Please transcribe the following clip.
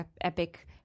epic